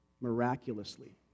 miraculously